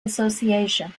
association